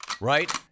right